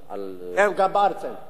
אין, גם בארץ אין.